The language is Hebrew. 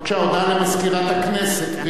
בבקשה, הודעה למזכירת הכנסת.